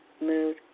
mood